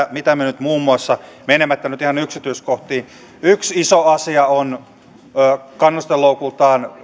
mitä me muun muassa teemme menemättä ihan yksityiskohtiin yksi iso asia on kannustinloukkuna